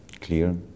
clear